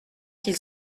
qu’il